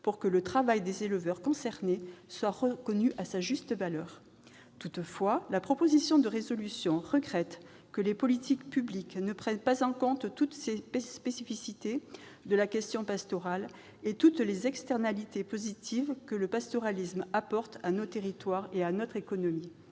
pour que le travail des éleveurs concernés soit reconnu à sa juste valeur. Toutefois, les auteurs de la proposition de résolution regrettent que les politiques publiques ne prennent pas en compte toutes ces spécificités de la question pastorale et toutes les externalités positives que le pastoralisme apporte à nos territoires et à notre économie.